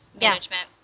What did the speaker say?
management